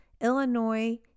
Illinois